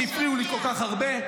כי הפריעו לי כל כך הרבה,